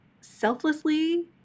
selflessly